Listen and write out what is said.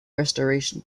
restoration